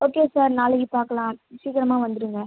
okay sir நாளைக்கு பார்க்கலாம் சீக்கிரமா வந்திடுங்க